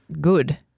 good